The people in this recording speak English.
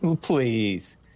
Please